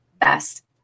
best